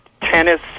tennis